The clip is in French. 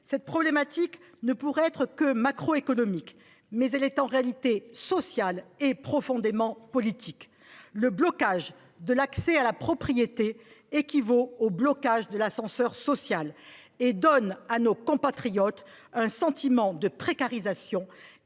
Cette problématique pourrait n’être que macroéconomique, mais elle est, en réalité, sociale et profondément politique. Le blocage de l’accès à la propriété équivaut au blocage de l’ascenseur social et donne à nos compatriotes un sentiment de précarisation